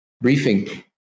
briefing